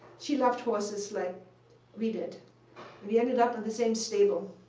she loved horses like we did, and we ended up at the same stable.